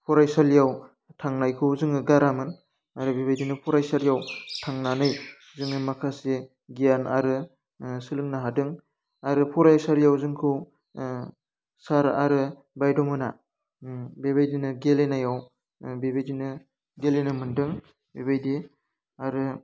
फरायसालियाव थांनायखौ जोङो गारामोन आरो बेबायदिनो फरायसालियाव थांनानै जोङो माखासे गियान आरो सोलोंनो हादों आरो फरायसालियाव जोंखौ सार आरो बाइड' मोनहा बेबायदिनो गेलेनायाव बेबायदिनो गेलेनो मोन्दों बेबायदि आरो